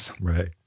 right